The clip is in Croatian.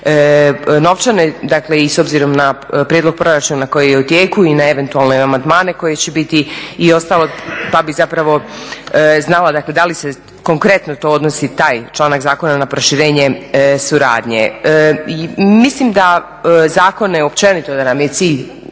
novčane, dakle i s obzirom na prijedlog proračuna koji je u tijeku i na eventualne amandmane koji će biti i … pa bi zapravo znala dakle da li se konkretno to odnosi, taj članak zakona na proširenje suradnje. Mislim da zakone općenito, da nam je cilj